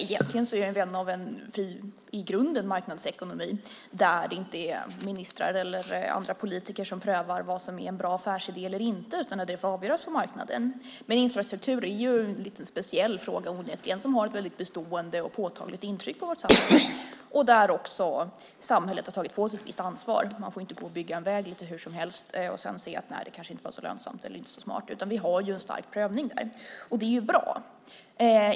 Egentligen är jag vän av en i grunden fri marknadsekonomi där det inte är ministrar eller andra politiker som prövar vad som är en bra affärsidé eller inte, utan det får avgöras på marknaden. Infrastruktur är onekligen ändå en speciell fråga som gör ett väldigt bestående och påtagligt intryck på vårt samhälle, och där har samhället också tagit på sig ett visst ansvar. Man får inte bygga en väg hur som helst och sedan se att det kanske inte var så lönsamt eller smart, utan vi har en stark prövning där, vilket är bra.